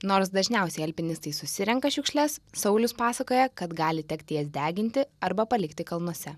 nors dažniausiai alpinistai susirenka šiukšles saulius pasakoja kad gali tekti jas deginti arba palikti kalnuose